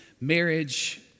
Marriage